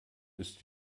ist